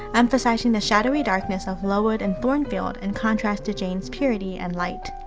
emphasizing the shadowy darkness of lowood and thornfield in contrast to jane's purity and light.